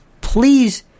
please